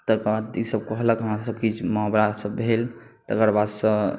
तकर बाद ई सब कहलक हम किछु मोहाबरा सब भेल तकर बादसँ